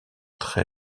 très